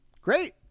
great